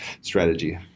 strategy